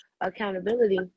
Accountability